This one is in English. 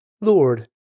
Lord